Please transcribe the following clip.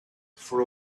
for